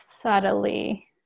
subtly